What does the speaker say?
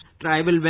tribal